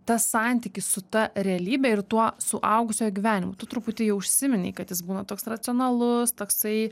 tas santykis su ta realybe ir tuo suaugusiojo gyvenimu tu truputį jau užsiminei kad jis būna toks racionalus toksai